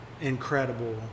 incredible